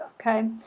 okay